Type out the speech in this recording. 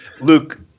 Luke